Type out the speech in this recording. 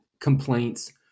complaints